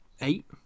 eight